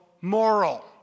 moral